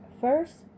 First